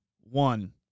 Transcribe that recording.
one